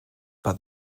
but